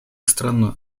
страной